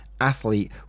athlete